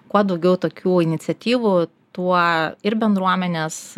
kuo daugiau tokių iniciatyvų tuo ir bendruomenės